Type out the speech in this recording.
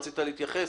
רצית להתייחס?